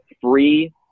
free